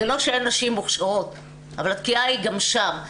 זה לא שאין נשים מוכשרות, אבל התקיעה היא גם שם.